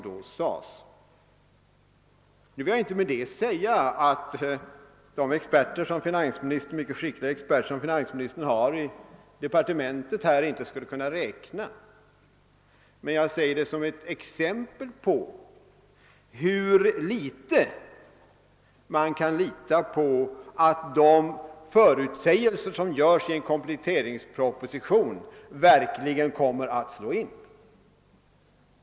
Jag vill inte med detta säga att de mycket skickliga experter som finansministern har i departementet inte skulle kunna räkna, men jag nämner detta som ett exempel på hur föga man kan lita på att de förutsägelser som görs i en kompletteringsproposition verkligen kommer att slå in.